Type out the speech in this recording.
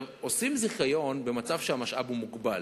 עושים זיכיון במצב שבו המשאב מוגבל.